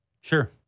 Sure